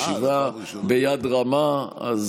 ישיבה ביד רמה.